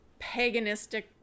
paganistic